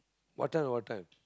what time what time